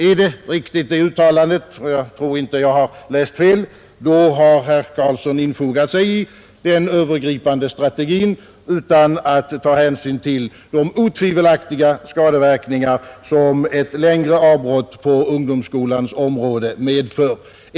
Är det uttalandet riktigt citerat — och jag tror inte att jag har läst fel — har herr Carlsson infogat sig i den övergripande strategin utan att ta hänsyn till de otvivelaktiga skadeverkningar som ett längre avbrott på skolans område medför.